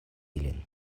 ilin